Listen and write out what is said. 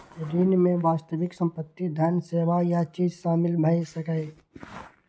ऋण मे वास्तविक संपत्ति, धन, सेवा या चीज शामिल भए सकैए